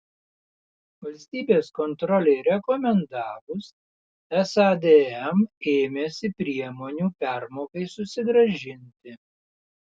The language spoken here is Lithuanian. valstybės kontrolei rekomendavus sadm ėmėsi priemonių permokai susigrąžinti